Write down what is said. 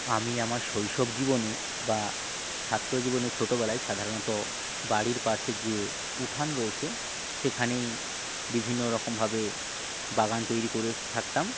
আমি আমার শৈশব জীবনে বা ছাত্র জীবনে ছোটোবেলায় সাধারণত বাড়ির পাশে যে উঠান রয়েছে সেখানেই বিভিন্ন রকমভাবে বাগান তৈরি করে থাকতাম